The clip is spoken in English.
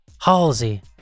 halsey